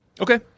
Okay